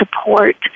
support